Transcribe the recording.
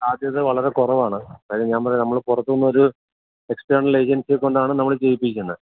സാധ്യത വളരെ കുറവാണ് അതായത് ഞാൻ പറഞ്ഞത് നമ്മൾ പുറത്തു നിന്നൊരു എക്സ്റ്റേണൽ ഏജൻസിയെ കൊണ്ടാണ് നമ്മൾ ചെയ്യിപ്പിക്കുന്നത്